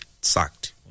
sacked